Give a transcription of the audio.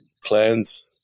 clans